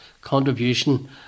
contribution